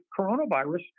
coronavirus